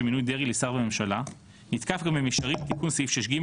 מינוי דרעי לשר בממשלה נתקף גם במישרין בתיקון סעיף 6(ג)